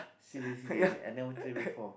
seriously I ne~ I never try before